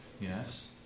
yes